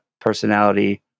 personality